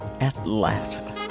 Atlanta